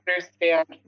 understand